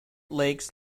lakes